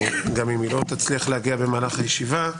גם אם היא לא תצליח להגיע במהלך הישיבה,